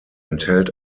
enthält